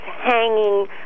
hanging